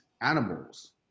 animals